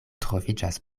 troviĝas